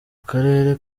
karere